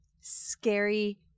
scary